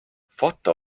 foto